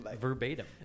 verbatim